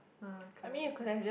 ah correct correct